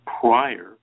prior